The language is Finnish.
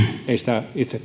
ei sitä itse